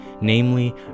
namely